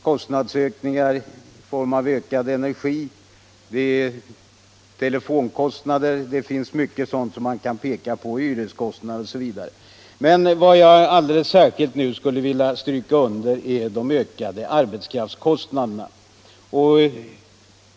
Det är ökade energikostnader, telefonkostnader, hyreskostnader osv., men vad jag nu alldeles särskilt skulle vilja stryka under är de ökade arbetskraftskostnaderna.